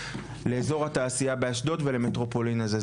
לאזור התעשייה באשדוד ולמטרופולין הזה.